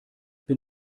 bin